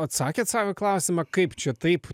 atsakėt sau į klausimą kaip čia taip